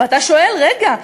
ואתה שואל: רגע,